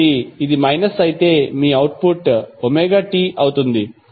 కాబట్టి ఇది మైనస్ అయితే మీ అవుట్పుట్ ωt అవుతుంది